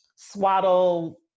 swaddle